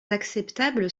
acceptables